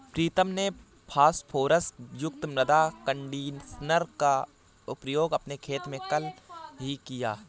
प्रीतम ने फास्फोरस युक्त मृदा कंडीशनर का प्रयोग अपने खेत में कल ही किया